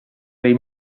dei